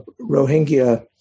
Rohingya